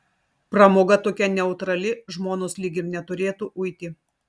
pramoga tokia neutrali žmonos lyg ir neturėtų uiti